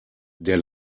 der